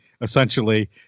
essentially